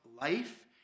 life